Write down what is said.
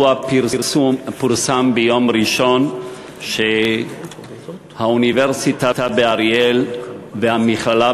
ביום ראשון השבוע פורסם שהאוניברסיטה באריאל והמכללה